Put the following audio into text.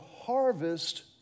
harvest